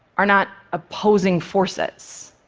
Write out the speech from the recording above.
are not opposing forces.